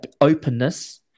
openness